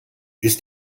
ist